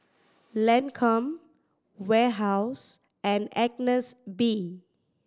Lancome Warehouse and Agnes B